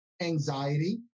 anxiety